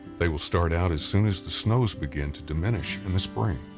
they will start out as soon as the snows begin to diminish in the spring.